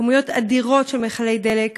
כמויות אדירות של מכלי דלק,